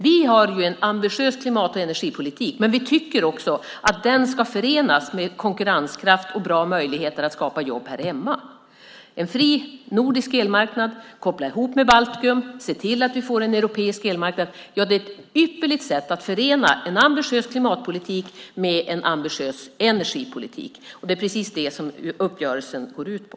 Vi har en ambitiös klimat och energipolitik, men vi tycker också att den ska förenas med konkurrenskraft och bra möjligheter att skapa jobb här hemma. En fri nordisk elmarknad som kopplas ihop med Baltikum och en europeisk elmarknad är ett ypperligt sätt att förena en ambitiös klimatpolitik med en ambitiös energipolitik. Det är precis det som uppgörelsen går ut på.